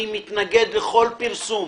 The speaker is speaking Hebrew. אני מתנגד לכל פרסום.